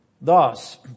Thus